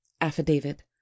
Affidavit